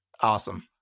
Awesome